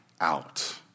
out